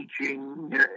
teaching